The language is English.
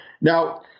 Now